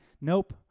nope